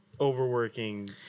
overworking